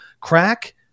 crack